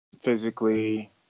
physically